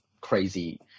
crazy